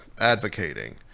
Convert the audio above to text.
advocating